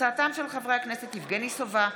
חברי הכנסת יבגני סובה,